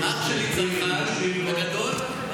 אח שלי הגדול צנחן,